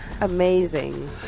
amazing